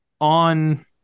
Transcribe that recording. on